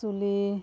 চুলি